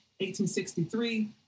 1863